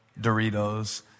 Doritos